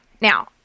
Now